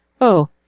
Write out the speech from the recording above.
Oh